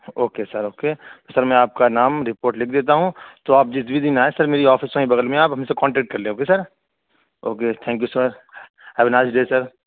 okay sir okay sir میں آپ کا نام رپورٹ لکھ دیتا ہوں تو آپ جس بھی دن آئیں سر میری آفس وہیں بغل میں ہے آپ ہم سے کانٹیکٹ کر لیں okay sir okay thank you sir have a nice day sir